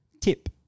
tip